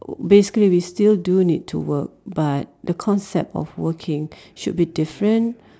basically we still do need to work but the concept of working should be different